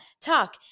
talk